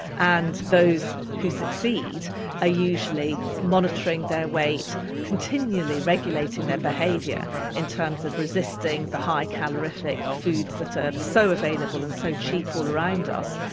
and those who succeed are ah usually monitoring their weight continually, regulating their behaviour in terms of resisting the high calorific foods that are so available and so cheap all around us,